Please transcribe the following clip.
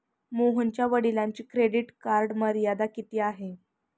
मोहनच्या वडिलांची credit card मर्यादा किती आहे?